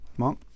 Mark